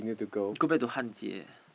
you go back to Han-Jie